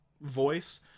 voice